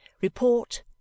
Report